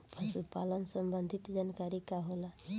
पशु पालन संबंधी जानकारी का होला?